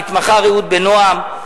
המתמחה רעות בן-נועם,